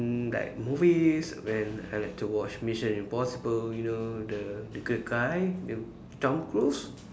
mm like movies when I like to watch mission impossible you know the the good guy the Tom Cruise